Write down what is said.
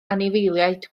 anifeiliaid